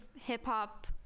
hip-hop